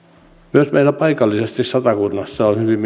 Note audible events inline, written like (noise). paikallisesti meillä satakunnassa on hyvin (unintelligible)